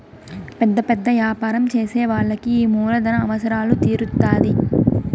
పెద్ద పెద్ద యాపారం చేసే వాళ్ళకి ఈ మూలధన అవసరాలు తీరుత్తాధి